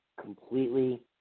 completely